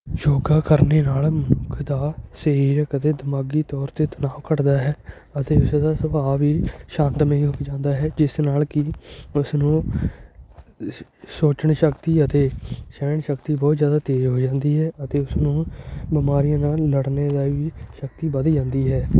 ਯੋਗਾ ਕਰਨ ਨਾਲ ਮਨੁੱਖ ਦਾ ਸਰੀਰ ਕਦੇ ਦਿਮਾਗੀ ਤੌਰ 'ਤੇ ਤਣਾਉ ਘੱਟਦਾ ਹੈ ਅਤੇ ਸਦਾ ਸੁਭਾਅ ਵੀ ਸ਼ਾਂਤਮਈ ਹੋ ਜਾਂਦਾ ਹੈ ਜਿਸ ਨਾਲ ਕਿ ਉਸਨੂੰ ਸ ਸੋਚਣ ਸ਼ਕਤੀ ਅਤੇ ਸਹਿਣ ਸ਼ਕਤੀ ਬਹੁਤ ਜ਼ਿਆਦਾ ਤੇਜ਼ ਹੋ ਜਾਂਦੀ ਹੈ ਅਤੇ ਉਸਨੂੰ ਬਿਮਾਰੀਆਂ ਨਾਲ ਲੜਨ ਦਾ ਵੀ ਸ਼ਕਤੀ ਵੱਧ ਜਾਂਦੀ ਹੈ